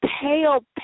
pale